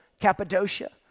Cappadocia